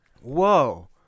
Whoa